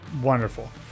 Wonderful